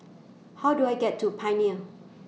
How Do I get to Pioneer